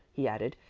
he added,